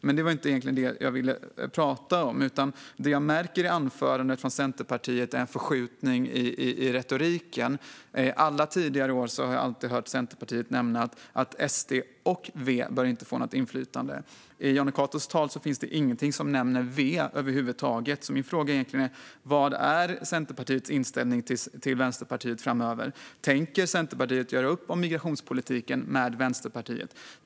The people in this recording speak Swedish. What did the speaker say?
Det var dock inte det jag egentligen ville prata om. Jag märker i anförandet från Centerpartiet en förskjutning i retoriken. Alla tidigare år har jag alltid hört Centerpartiet nämna att SD och V inte bör få något inflytande. I Jonny Catos tal nämns inte V över huvud taget. Min fråga är: Vad är Centerpartiets inställning till Vänsterpartiet framöver? Tänker Centerpartiet göra upp om migrationspolitiken med Vänsterpartiet?